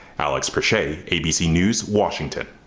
alex for shay abc news, washington.